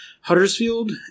Huddersfield